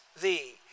thee